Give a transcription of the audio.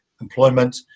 employment